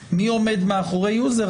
בשאלה מי עומד מאחורי היוזר,